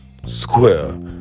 Square